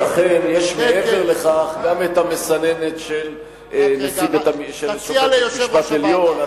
אבל לכן יש מעבר לכך את המסננת של שופט בית-המשפט העליון.